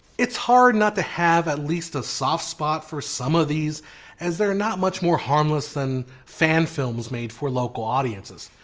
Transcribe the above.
it's hard not to have at least a soft spot for some of these as they are not much more harmless than fan films for local audiences.